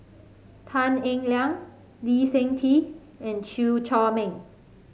Tan Eng Liang Lee Seng Tee and Chew Chor Meng